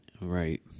Right